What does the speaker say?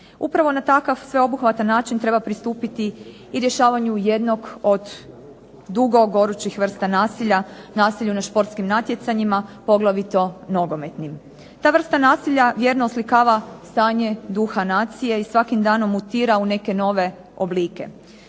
Upravo na takav sveobuhvatan način treba pristupiti i rješavanju jednog od dugo gorućih vrsta nasilja, nasilju na športskim natjecanjima, poglavito nogometnim. Ta vrsta nasilja vjerno oslikava stanje duha nacije i svakim danom mutira u neke nove oblike.